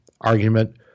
argument